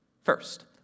First